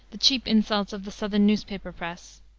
the cheap insults of the southern newspaper press.